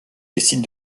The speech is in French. décide